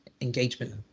engagement